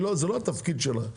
זה לא התפקיד שלה.